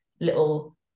little